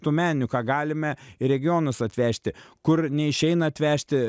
tų meninių ką galime į regionus atvežti kur neišeina atvežti